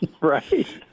right